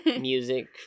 music